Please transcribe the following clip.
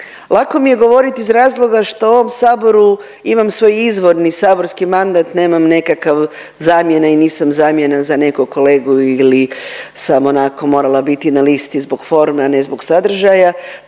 lako mi je govoriti iz razloga što u ovom saboru imam svoj izvorni saborski mandat nemam nekakav zamjena i nisam zamjena za nekog kolegu ili sam onako morala biti na listi zbog forme, a ne zbog sadržaja